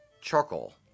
charcoal